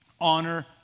honor